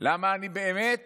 למה אני באמת